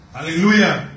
Hallelujah